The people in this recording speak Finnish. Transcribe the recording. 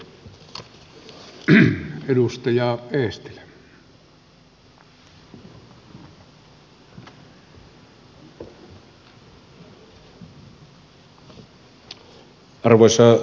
arvoisa puhemies